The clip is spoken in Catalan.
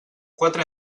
quatre